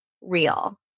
real